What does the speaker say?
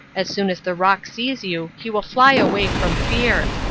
as soon as the roc sees you he will fly away from fear,